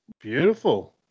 Beautiful